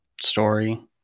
story